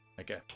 Okay